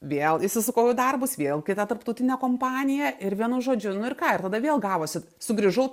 vėl įsisukau į darbus vėl kita tarptautinė kompanija ir vienu žodžiu nu ir ką ir tada vėl gavosi sugrįžau